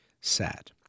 sad